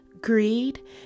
greed